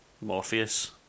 Morpheus